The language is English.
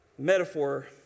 metaphor